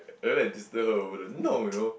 then I disturb her over the no you know